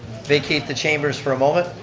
vacate the chambers for a moment.